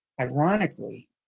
Ironically